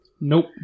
Nope